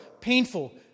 painful